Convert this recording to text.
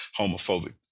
homophobic